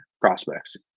prospects